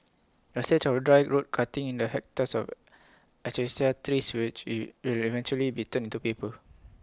A stretch of dry road cutting in the hectares of Acacia trees which will will eventually be turned to paper